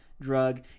drug